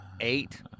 eight